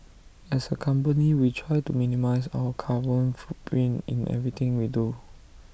as A company we try to minimise our carbon footprint in everything we do